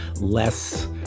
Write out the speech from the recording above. less